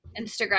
Instagram